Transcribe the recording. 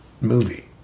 movie